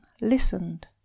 listened